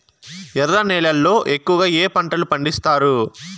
ఎర్ర నేలల్లో ఎక్కువగా ఏ పంటలు పండిస్తారు